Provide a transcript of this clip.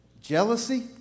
jealousy